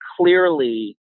clearly